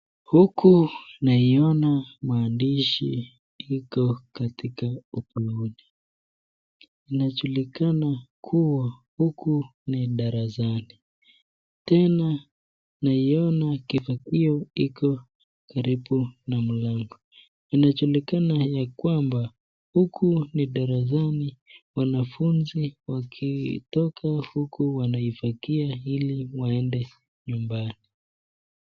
Huku naiona maandishi iko katika ubodi. Inajulikana kuwa huku ni darasani, tena naiona kifagio iko karibu na mlango. Inajulikana ya kwamba huku ni darasani, wanafunzi wakitoka huku wanafagia huku ili waende nyumbani.